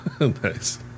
Nice